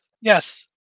Yes